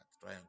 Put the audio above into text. try